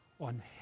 on